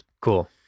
Cool